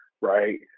right